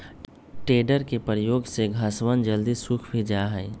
tedder के प्रयोग से घसवन जल्दी सूख भी जाहई